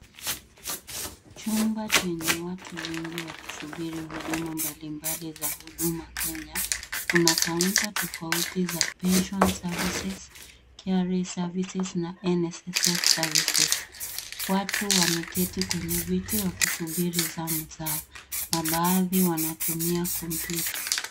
Chumba chenye watu wengi wakisubiri huduma mbali mbali za Huduma Kenya. Kuna kaunta tofauti za pensio services, KRA services na NSSF services . Watu wameketi kwenye viti wakisubiri zamu zao na baadhi wanatumia kompyuta.